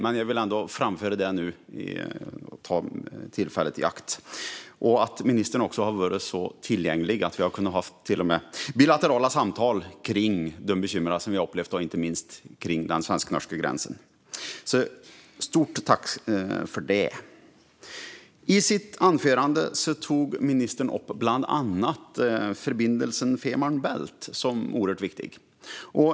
Men jag vill ändå framföra det nu och ta tillfället i akt. Ministern har varit så tillgänglig att vi till och med har kunnat ha bilaterala samtal om de bekymmer som jag har upplevt inte minst vid den svensk-norska gränsen. Ett stort tack för det! I sitt anförande tog ministern bland annat upp förbindelsen under Fehmarn Bält som oerhört viktig.